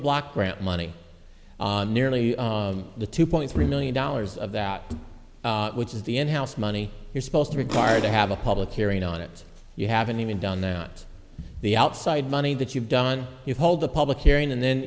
block grant money nearly the two point three million dollars of that which is the in house money you're supposed to regard to have a public hearing on it you haven't even done that the outside money that you've done you hold the public hearing and then